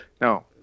No